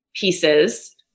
pieces